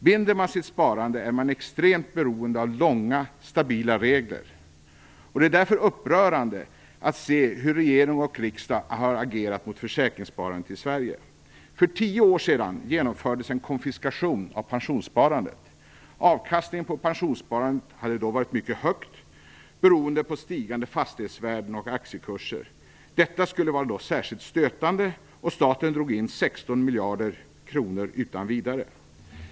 Binder man sitt sparande är man extremt beroende av långa, stabila regler. Det är därför upprörande att se hur regering och riksdag har agerat mot försäkringssparandet i Sverige. För tio år sedan genomfördes en konfiskation av pensionssparandet. Avkastningen på pensionssparandet hade då varit mycket hög beroende på stigande fastighetsvärden och aktiekurser. Detta skulle vara särskilt stötande, och staten drog in 16 miljarder kronor utan vidare.